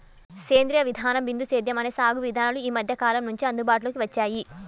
సేంద్రీయ విధానం, బిందు సేద్యం అనే సాగు విధానాలు ఈ మధ్యకాలం నుంచే అందుబాటులోకి వచ్చాయి